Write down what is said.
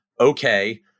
okay